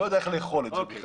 לא יודע איך לאכול את זה בכלל.